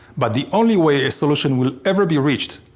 but the only way a solution will ever be reached,